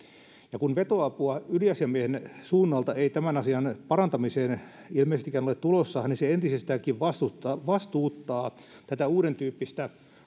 kun vetoapua yliasiamiehen suunnalta ei tämän asian parantamiseen ilmeisestikään ole tulossa niin se entisestäänkin vastuuttaa vastuuttaa tätä uudentyyppistä